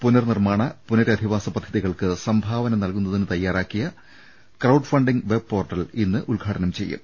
പുനർനിർമ്മാണ പുനരധിവാസ പദ്ധതികൾക്ക് സംഭാവന നൽകുന്നതിന് തയാറാക്കിയ ക്രൌഡ് ഫണ്ടിങ്ങ് വെബ് പോർട്ടൽ ഇന്ന് ഉദ്ഘാടനം ചെയ്യും